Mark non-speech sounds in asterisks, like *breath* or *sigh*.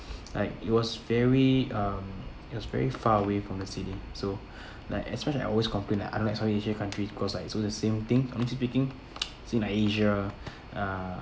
like it was very um it was very far away from the city so *breath* like at first I always complain like I don't like southeast asian countries cause like it's all the same thing honestly speaking *noise* still like asia uh